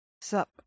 Sup